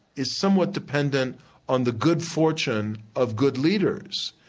is somewhat dependent on the good fortune of good leaders,